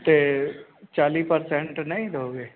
ਤੇ ਚਾਲੀ ਪ੍ਰਸੈਂਟ ਨੀ ਦੋਗੇ